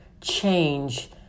change